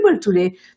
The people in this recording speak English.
today